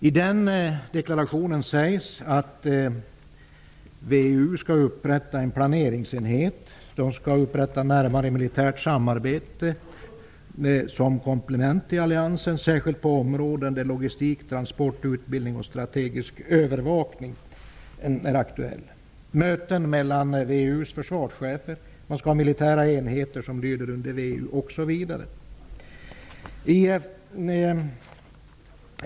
I den deklarationen sägs att VEU skall upprätta en planeringsenhet och ett närmare militärt samarbete som ett komplement till alliansen -- särskilt på områden där det är aktuellt med logistik, transport, utbildning och strategisk övervakning. Man skall hålla möten mellan VEU:s försvarschefer, man skall ha militära enheter som lyder under VEU osv.